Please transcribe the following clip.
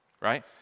right